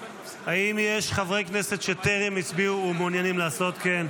האם יש חברי כנסת שטרם הצביעו ומעוניינים לעשות כן?